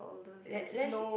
let let's